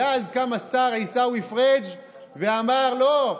ואז קם השר עיסאווי פריג' ואמר: לא,